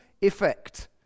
effect